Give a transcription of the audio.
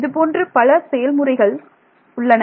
இது போன்று பல செயல் முறைகள் உள்ளன